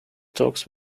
talks